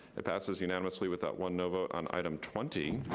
it passes unanimously, with that one no vote on item twenty.